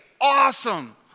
Awesome